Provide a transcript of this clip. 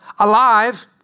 Alive